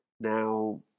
Now